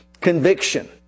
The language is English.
Conviction